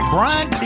Brian